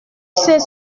sais